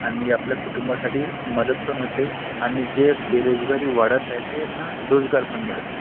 आणि आपल्या कुटुंबासाठी मदत पण होते आणि जे बेरोजगारी वाढत आहे त्यांना रोजगार पण मिळत आहे